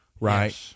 right